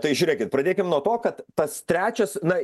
tai žiūrėkit ir pradėkim nuo to kad tas trečias na